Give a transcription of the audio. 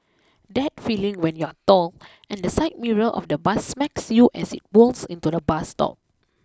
that feeling when you're tall and the side mirror of the bus smacks you as it pulls into the bus stop